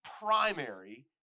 primary